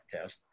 test